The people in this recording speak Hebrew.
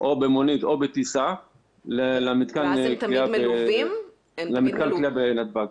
או במונית או בטיסה למתקן כליאה בנתב"ג.